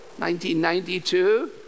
1992